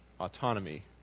autonomy